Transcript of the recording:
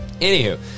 anywho